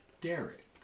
Derek